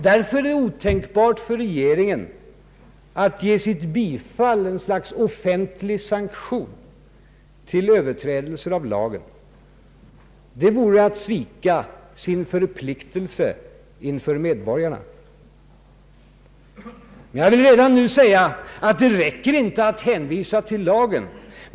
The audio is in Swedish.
Därför är det otänkbart för regeringen att genom sitt bifall ge ett slags offentlig sanktion till överträdelser av lagen. Det vore att svika sina förpliktelser inför medborgarna. Jag vill redan nu säga att det inte räcker att hänvisa till lagen.